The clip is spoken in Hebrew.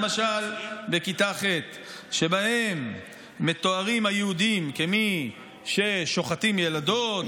למשל בכיתה ח' בה מתוארים היהודים כמי ששוחטים ילדות,